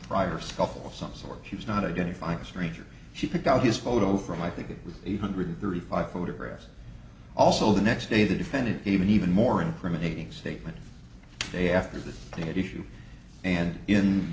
sort she was not identifying a stranger she picked out his photo from i think it was eight hundred thirty five photographs also the next day the defendant even even more incriminating statement after the date issue and in